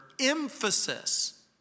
emphasis